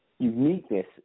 uniqueness